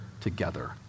together